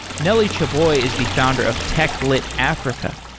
nelly cheboi is the founder of techlit africa,